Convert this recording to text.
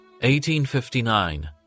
1859